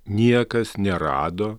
niekas nerado